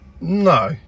No